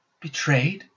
Betrayed